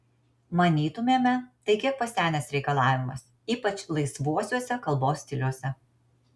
manytumėme tai kiek pasenęs reikalavimas ypač laisvuosiuose kalbos stiliuose